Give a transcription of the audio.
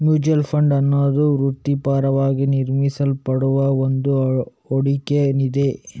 mutual fund ಅನ್ನುದು ವೃತ್ತಿಪರವಾಗಿ ನಿರ್ವಹಿಸಲ್ಪಡುವ ಒಂದು ಹೂಡಿಕೆ ನಿಧಿ